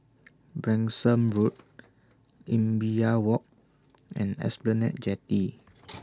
Branksome Road Imbiah Walk and Esplanade Jetty